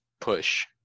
push